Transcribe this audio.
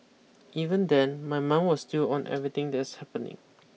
even then my mind was still on everything that's happening